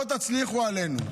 לא תצליחו עלינו.